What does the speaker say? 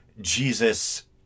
Jesus